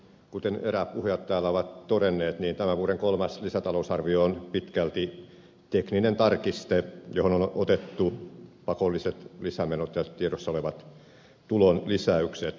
kuten eräät puhujat täällä ovat todenneet tämän vuoden kolmas lisätalousarvio on pitkälti tekninen tarkiste johon on otettu pakolliset lisämenot ja tiedossa olevat tulonlisäykset